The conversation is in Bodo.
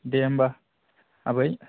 दे होनबा आबै